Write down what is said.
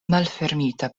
malfermita